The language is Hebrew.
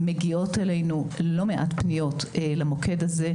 מגיעות אלינו לא מעט פניות למוקד הזה.